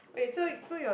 wait so so your